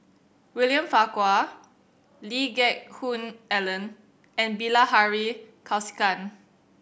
William Farquhar Lee Geck Hoon Ellen and Bilahari Kausikan